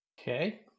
Okay